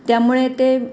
त्यामुळे ते